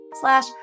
slash